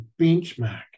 benchmark